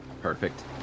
Perfect